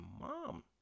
mom